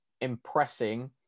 impressing